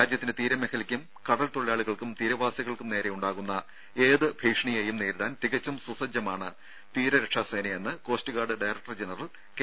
രാജ്യത്തിന്റെ തീരമേഖലയ്ക്കും കടൽ തൊഴിലാളികൾക്കും തീരവാസികൾക്കും നേരെയുണ്ടാകുന്ന ഏത് ഭീഷണിയേയും നേരിടാൻ തികച്ചും സുസജ്ജമാണ് തീര രക്ഷാ സേനയെന്ന് coast guard director general K